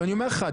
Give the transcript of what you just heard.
ואני אומר לך,